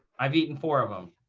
i've eaten four of them.